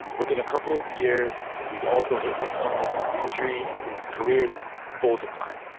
within a couple of years, he's also hit with illness and injury. and his career is in full decline.